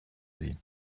sie